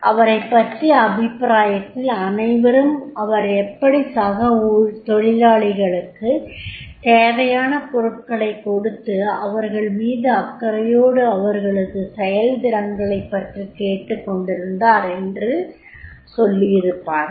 அவரைப் பற்றிய அபிப்ராயத்தில் அனைவரும் அவர் எப்படி சக தொழிலாளிகளுக்குத் தேவையான பொருட்ளைக் கொடுத்து அவர்கள் மீது அக்கறையோடு அவர்களது செயல்திறன்களைப் பற்றி கேட்டுக்கொண்டிருந்தார் என்று சொல்லியிருப்பார்கள்